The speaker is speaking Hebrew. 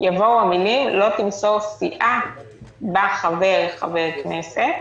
יבואו המילים "לא תמסור סיעה בה חבר חבר כנסת".